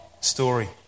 story